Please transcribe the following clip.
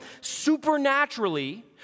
supernaturally